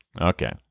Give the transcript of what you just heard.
Okay